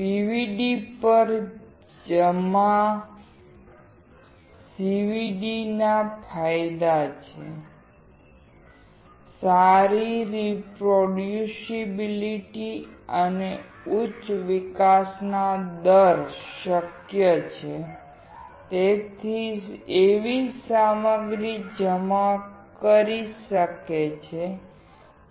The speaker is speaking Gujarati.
PVD પર CVD ના ફાયદા છે સારી રિપ્રોડયુસિબિલિટી અને ઉચ્ચ વિકાસ દર શક્ય છે તે એવી સામગ્રી જમા કરી શકે છે